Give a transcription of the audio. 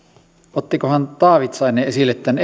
ottikohan taavitsainen esille tämän